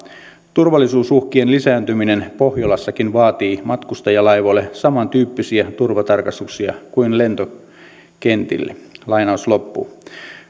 turvallisuusuhkien lisääntyminen pohjolassakin vaatii matkustajalaivoille samantyyppisiä turvatarkastuksia kuin lentokentille